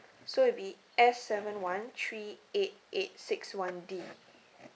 so it'll be S seven one three eight eight six one D